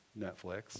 Netflix